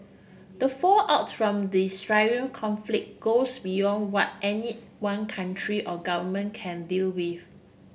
the fallout from the Syrian conflict goes beyond what any one country or government can deal with